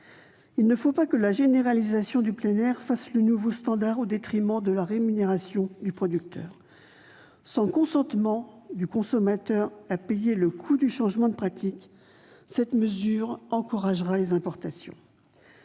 Il ne faut pas que la généralisation du plein air en fasse le nouveau standard, au détriment de la rémunération du producteur. Sans consentement du consommateur à payer le coût du changement de pratiques, cette mesure encouragera les importations.